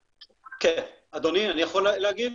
אדוני, אני יכול להגיב?